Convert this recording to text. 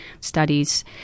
studies